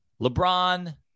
LeBron